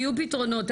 יהיו פתרונות,